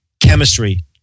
chemistry